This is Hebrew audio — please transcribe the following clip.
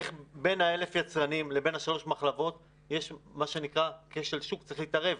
בין 1,000 היצרנים לבין שלוש המחלבות יש מה שנקרא כשל שוק וצריך להתערב.